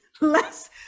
less